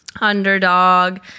underdog